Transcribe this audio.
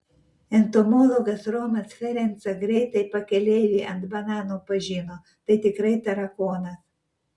entomologas romas ferenca greitai pakeleivį ant bananų pažino tai tikrai tarakonas